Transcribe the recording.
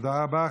תודה רבה.